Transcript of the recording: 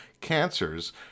cancers